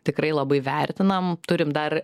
tikrai labai vertinam turim dar